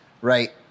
right